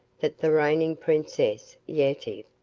that the reigning princess, yetive,